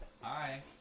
Hi